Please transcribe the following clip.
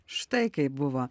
štai kaip buvo